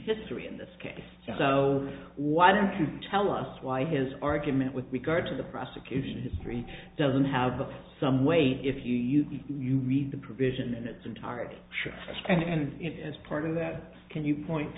history in this case so why don't you tell us why his argument with regard to the prosecution history doesn't have some weight if you use you read the provision in its entirety sure and it is part of that can you point